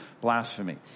Blasphemy